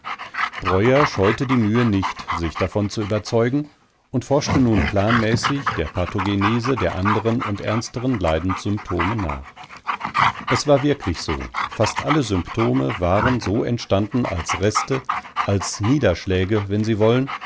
breuer scheute die mühe nicht sich davon zu überzeugen und forschte nun planmäßig der pathogenese der anderen und ernsteren leidenssymptome nach es war wirklich so fast alle symptome waren so entstanden als reste als niederschläge wenn sie wollen